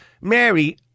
Mary